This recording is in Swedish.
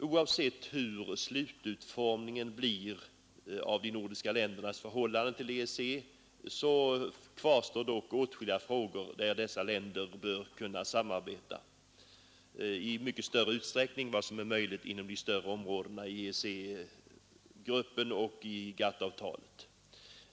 Oavsett hur slututformningen blir av de nordiska ländernas förhållande till EEC kvarstår dock åtskilliga frågor, där dessa länder bör kunna samarbeta i mycket större utsträckning än vad som är möjligt inom de större områdena i EEC-gruppen och GATT-avtalet.